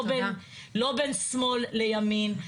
לא בין שמאל לימין,